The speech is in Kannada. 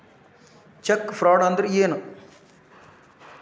ಚೆಕ್ ಫ್ರಾಡ್ ಅಂದ್ರ ಏನು?